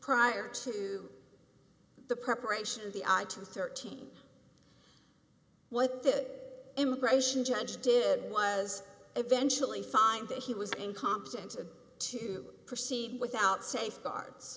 prior to the preparation of the i tunes thirteen what this immigration judge did was eventually find that he was incompetent to proceed without safeguards